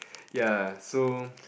ya so